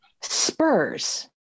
Spurs